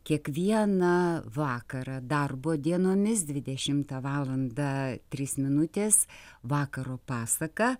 kiekvieną vakarą darbo dienomis dvidešimtą valandą trys minutės vakaro pasaka